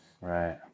Right